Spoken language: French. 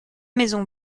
maisons